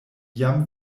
jam